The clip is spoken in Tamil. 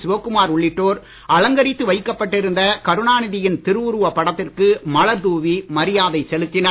சிவக்குமார் உள்ளிட்டோர் அலங்கரித்து வைக்கப்பட்டிருந்த கருணாநிதியின் திருவுருவப் படத்திற்கு மலர் தூவி மரியாதை செலுத்தினர்